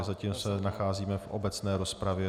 Zatím se nacházíme v obecné rozpravě.